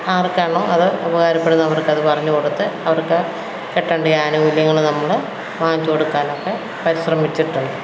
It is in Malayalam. ആർക്കാണോ അത് ഉപകാരപ്പെടുന്നത് അവർക്ക് അത് പറഞ്ഞു കൊടുത്ത് അവർക്ക് കിട്ടേണ്ട ആനുകൂല്യങ്ങൾ നമ്മൾ വാങ്ങിച്ചു കൊടുക്കാനൊക്കെ പരിശ്രമിച്ചിട്ടുണ്ട്